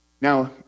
Now